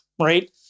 right